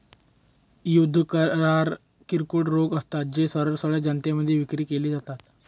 युद्ध करार किरकोळ रोखे असतात, जे सरळ सरळ जनतेमध्ये विक्री केले जातात